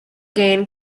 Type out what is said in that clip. game